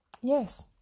Yes